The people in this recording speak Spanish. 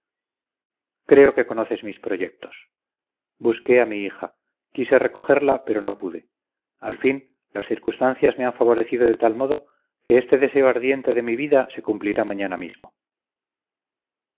creo que conoces mis proyectos busqué a mi hija quise recogerla pero no pude al fin las circunstancias me han favorecido de tal modo que este deseo ardiente de mi vida se cumplirá mañana mismo